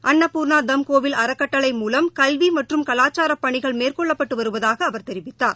அன்னபூர்ணா தம் கோவில் அறக்கட்டளை மூலம் கல்வி மற்றும் கலாச்சார பணிகள் மேற்கொள்ளப்பட்டு வருவதாக அவர் தெரிவித்தார்